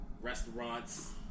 restaurants